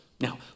Now